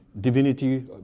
divinity